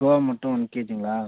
கோவா மட்டும் ஒன் கேஜிங்களா